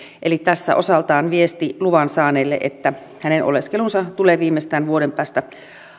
tässä on osaltaan viesti luvan saaneelle että hänen oleskelunsa tulee viimeistään vuoden päästä